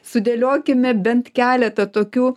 sudėliokime bent keletą tokių